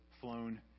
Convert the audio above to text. flown